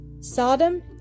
Sodom